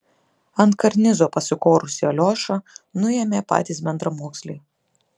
ant karnizo pasikorusį aliošą nuėmė patys bendramoksliai